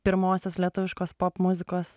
pirmosios lietuviškos popmuzikos